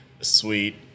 sweet